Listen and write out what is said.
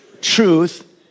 truth